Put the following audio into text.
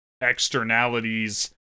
externalities